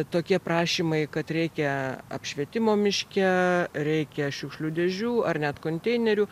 tokie prašymai kad reikia apšvietimo miške reikia šiukšlių dėžių ar net konteinerių